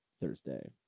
Thursday